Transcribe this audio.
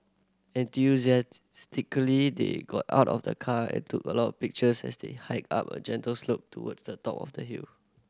enthusiastically they got out of the car and took a lot of pictures as they hiked up a gentle slope towards the top of the hill